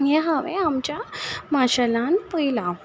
हें हांवें आमच्या माशेलान पयलां